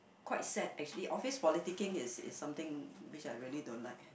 quite sad actually office politicking is is something which I really don't like